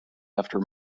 after